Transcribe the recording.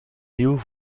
nieuwe